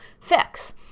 fix